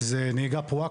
זה נהיגה פרועה,